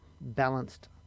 balanced